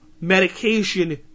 medication